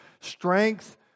strength